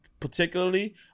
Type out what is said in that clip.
Particularly